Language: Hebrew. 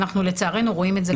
ואנחנו לצערנו רואים את זה כל יום.